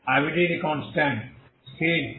arbitrary constants স্থির নয়